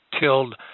tilled